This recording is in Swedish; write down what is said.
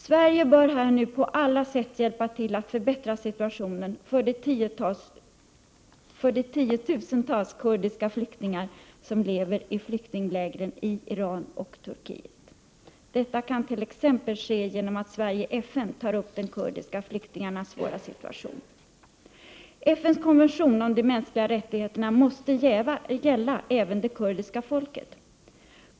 Sverige bör nu på alla sätt hjälpa till att förbättra situationen för de tiotusentals kurdiska flyktingar som lever i flyktinglägren i Iran och Turkiet. Detta kan ske t.ex. genom att Sverige i FN tar upp de kurdiska flyktingarnas svåra situation. FN:s konvention om de mänskliga rättigheterna måste gälla även det kurdiska folket.